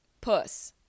puss